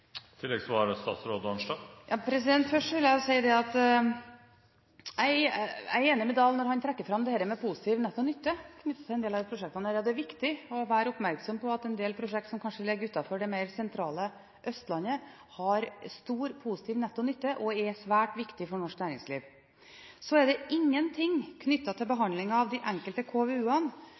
vil jeg si at jeg er enig med Dahl når han trekker fram dette med positiv netto nytte knyttet til en del av disse prosjektene. Det er viktig å være oppmerksom på at en del prosjekter som kanskje ligger utenfor det mer sentrale Østlandet, har stor positiv netto nytte, og er svært viktig for norsk næringsliv. Det er ikke noe knyttet til behandlingen av de enkelte